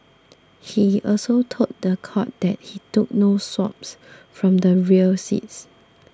he also told the court that he took no swabs from the rear seat